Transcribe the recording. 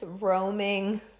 roaming